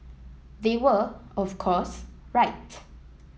they were of course right